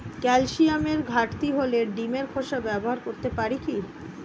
ক্যালসিয়ামের ঘাটতি হলে ডিমের খোসা ব্যবহার করতে পারি কি?